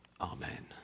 Amen